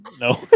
No